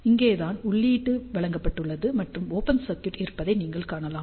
இங்கேதான் உள்ளீடு வழங்கப்பட்டுள்ளது மற்றும் ஓபன் சர்க்யூட் இருப்பதை நீங்கள் காணலாம்